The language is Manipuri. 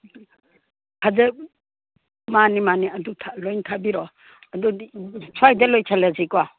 ꯍꯟꯗꯛ ꯃꯥꯅꯤ ꯃꯥꯅꯤ ꯑꯗꯨ ꯂꯣꯏ ꯊꯥꯕꯤꯔꯛꯑꯣ ꯑꯗꯨꯗꯤ ꯁꯥꯏꯗ ꯂꯣꯏꯁꯤꯜꯂꯁꯤꯀꯣ